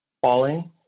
falling